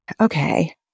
okay